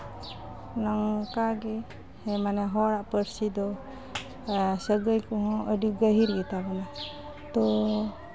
ᱱᱚᱝᱠᱟᱜᱮ ᱢᱟᱱᱮ ᱦᱚᱲᱟᱜ ᱯᱟᱹᱨᱥᱤ ᱫᱚ ᱥᱟᱹᱜᱟᱹᱭ ᱠᱚᱦᱚᱸ ᱟᱹᱰᱤ ᱜᱟᱹᱦᱤᱨ ᱜᱮᱛᱟ ᱵᱚᱱᱟ ᱛᱚ